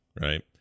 right